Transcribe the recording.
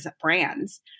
brands